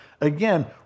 again